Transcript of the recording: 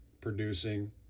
producing